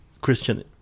Christian